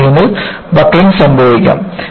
ഈ പ്ലെയിനിൽ ബക്ക്ലിംഗ് സംഭവിക്കാം